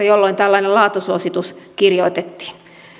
jolloin tällainen laatusuositus kirjoitettiin